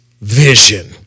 vision